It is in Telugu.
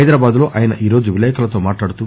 హైదరాబాద్ లో ఆయన ఈరోజు విలేకరులతో మాట్లాడుతూ